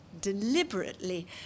deliberately